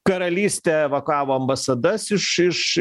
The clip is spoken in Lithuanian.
karalystė evakavo ambasadas iš iš